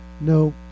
no